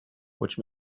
which